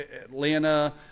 Atlanta